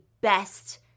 best –